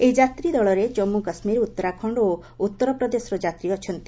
ଏହି ଯାତ୍ରୀଦଳରେ ଜନ୍ମୁ କାଶ୍ମୀର ଉତ୍ତରାଖଣ୍ଡ ଓ ଉତ୍ତରପ୍ରଦେଶର ଯାତ୍ରୀ ଅଛନ୍ତି